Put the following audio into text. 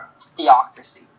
theocracy